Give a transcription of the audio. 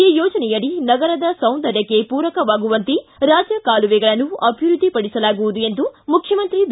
ಈ ಯೋಜನೆಯಡಿ ನಗರದ ಸೌಂದರ್ಯಕ್ಕೆ ಪೂರಕವಾಗುವಂತೆ ರಾಜಕಾಲುವೆಗಳನ್ನು ಅಭಿವೃದ್ಧಿಪಡಿಸಲಾಗುವುದು ಎಂದು ಮುಖ್ಯಮಂತ್ರಿ ಬಿ